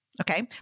Okay